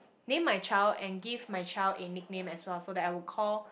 name my child and give my child a nickname as well so that I would call